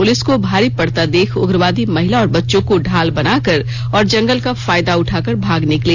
police को भारी पड़ता देख उग्रवादी महिला और बच्चों को ढाल बनाकर और जंगल का फायदा उठाकर भाग निकले